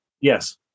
yes